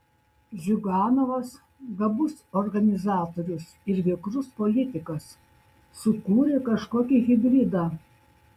ziuganovas gabus organizatorius ir vikrus politikas sukūrė kažkokį hibridą